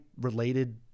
related